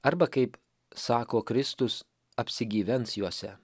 arba kaip sako kristus apsigyvens juose